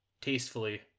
tastefully